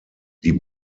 die